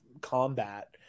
combat